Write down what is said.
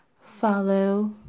Follow